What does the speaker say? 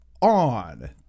on